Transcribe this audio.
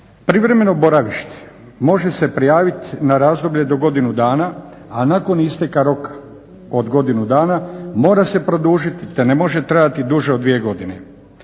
Privremeno boravište može se prijaviti na razdoblje do godinu dana, a nakon isteka roka od godinu dana mora se produžiti te ne može trajati duže od dvije godine.